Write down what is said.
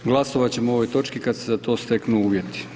Glasovati ćemo o ovoj točki kada se za to steknu uvjeti.